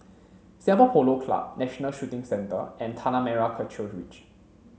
Singapore Polo Club National Shooting Centre and Tanah Merah Kechil Ridge